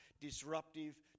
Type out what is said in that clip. Disruptive